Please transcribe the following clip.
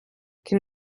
can